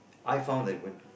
I found that when